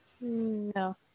No